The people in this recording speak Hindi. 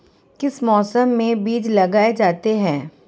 किस मौसम में बीज लगाए जाते हैं?